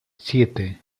siete